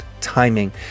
timing